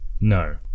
No